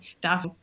darf